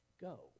go